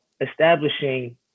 establishing